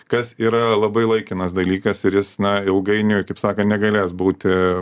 kas yra labai laikinas dalykas ir jis na ilgainiui kaip sakant negalės būti